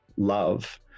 love